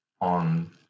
on